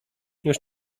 już